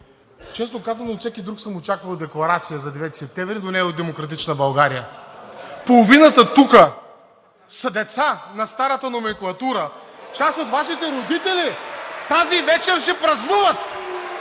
Честно казано от всеки друг съм очаквал декларация за 9-и септември, но не и от „Демократична България“. Половината тук са деца на старата номенклатура. Част от Вашите родители тази вечер ще празнуват